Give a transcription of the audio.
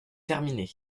terminé